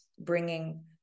bringing